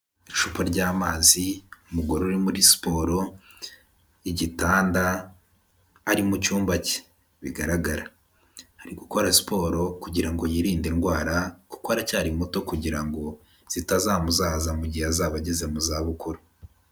Icupa ry'amazi, umugore uri muri siporo, igitanda, ari mu cyumba cye, bigaragara. Ari gukora siporo, kugira ngo yirinde indwara, kuko aracyari muto kugira ngo zitazamuzahaza mu gihe azaba ageze mu za bukuru.